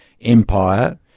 empire